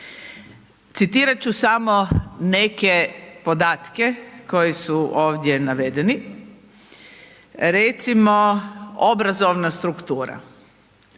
Citirat ću samo neke podatke koji su ovdje navedeni. Recimo, obrazovna struktura